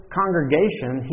congregation